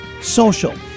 Social